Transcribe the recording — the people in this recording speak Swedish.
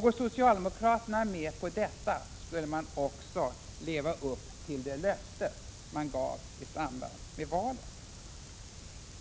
Går socialdemokraterna med på detta börjar de också leva upp till de löften som de gav i samband med det senaste valet.